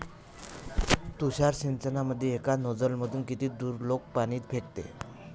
तुषार सिंचनमंदी एका नोजल मधून किती दुरलोक पाणी फेकते?